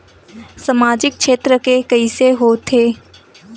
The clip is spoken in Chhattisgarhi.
सामजिक क्षेत्र के कइसे होथे?